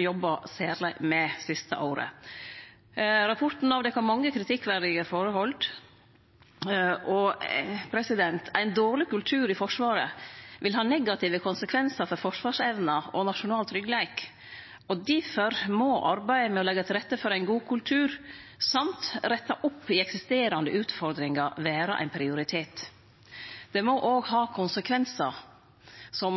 jobba særleg med dei siste åra. Rapporten avdekka mange kritikkverdige forhold. Ein dårleg kultur i Forsvaret vil ha negative konsekvensar for forsvarsevna og den nasjonale tryggleiken, og difor må arbeidet med å leggje til rette for ein god kultur og dessutan rette opp i eksisterande utfordringar vere ein prioritet. Det må òg ha konsekvensar, som